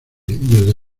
desde